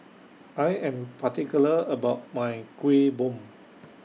I Am particular about My Kuih Bom